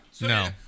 No